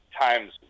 times